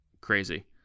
crazy